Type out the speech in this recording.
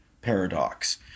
paradox